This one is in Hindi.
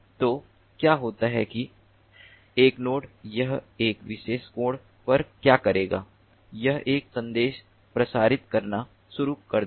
तो क्या होता है कि एक नोड यह एक विशेष कोण पर क्या करेगा यह एक संदेश प्रसारित करना शुरू कर देगा